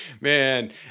Man